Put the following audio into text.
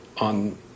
on